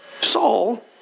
Saul